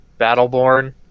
Battleborn